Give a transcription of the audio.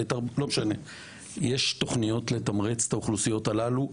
יש תוכניות לתמרץ את האוכלוסיות הללו?